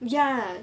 ya